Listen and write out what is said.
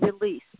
release